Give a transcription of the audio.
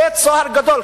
בית-סוהר גדול.